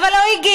אבל לא הגיש.